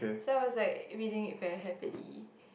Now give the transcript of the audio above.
so I was like reading it very happily